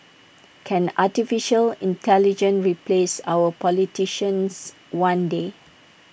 can Artificial Intelligence replace our politicians one day